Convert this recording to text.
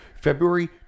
February